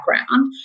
background